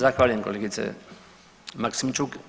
Zahvaljujem kolegice Maksimčuk.